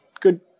good